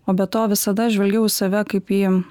o be to visada žvelgiau į save kaip į